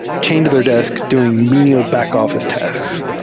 chained to their desk doing menial back-office tasks,